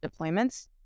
deployments